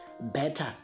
better